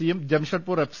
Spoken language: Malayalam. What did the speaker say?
സിയും ജംഷഡ്പൂർ എഫ്